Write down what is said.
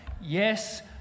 Yes